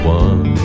one